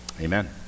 Amen